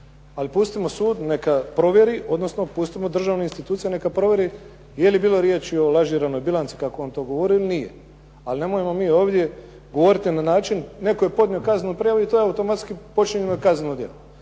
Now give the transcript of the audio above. Ali pustimo sud neka provjeri, odnosno pustimo državnu instituciju neka provjeri je li bilo riječi o lažiranoj bilanci kako je on to govorio ili nije, ali nemojmo mi ovdje govoriti na način netko je podnio kaznenu prijavu i to je automatski počinjeno kazneno djelo.